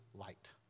light